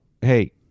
hey